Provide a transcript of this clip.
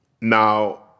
Now